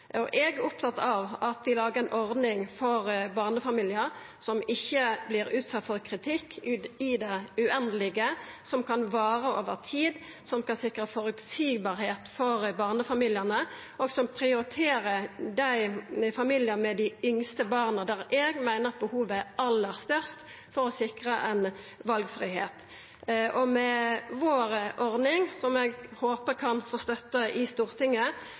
Eg er opptatt av at vi lagar ei ordning for barnefamiliar som ikkje vert utsett for kritikk i det uendelege, som kan vara over tid, som kan sikra at det vert føreseieleg for barnefamiliane, og som prioriterer familiane med dei yngste barna, der eg meiner at behovet er aller størst for å sikra valfridom. Med vår ordning, som eg håpar kan få støtte i Stortinget,